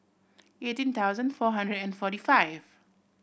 eighteen thousand four hundred and forty five